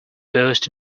burst